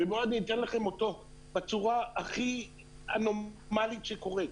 ואני אתן לכם אותו בצורה הכי אנומלית שקורית.